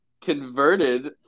converted